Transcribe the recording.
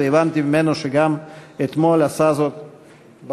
והבנתי ממנו שאתמול גם עשה זאת בממשלה.